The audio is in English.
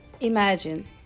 imagine